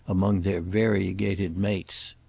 among their variegated mates.